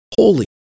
holy